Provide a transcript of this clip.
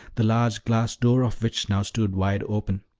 the large glass door of which now stood wide open.